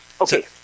Okay